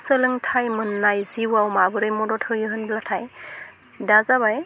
सोलोंथाइ मोननाय जिउआव माबोरै मदद होयोब्लाथाय दा जाबाय